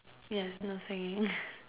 yes no singing